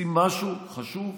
עושים משהו חשוב,